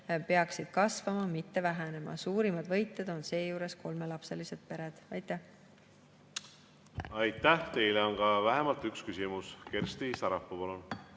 peaksid kasvama, mitte vähenema. Suurimad võitjad on seejuures kolmelapselised pered. Aitäh! Aitäh! Teile on ka vähemalt üks küsimus. Kersti Sarapuu, palun!